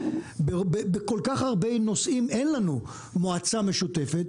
בכל כך הרבה נושאים אין לנו מועצה משותפת,